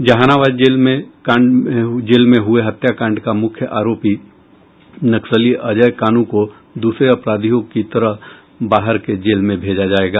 Jehanabad jail में हुये कांड का मुख्य आरोपी नक्सली अजय कानू को दूसरे अपराधियों की तरह बाहर के जेल में भेजा जायेगा